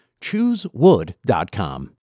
Choosewood.com